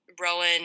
Rowan